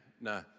No